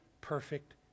perfect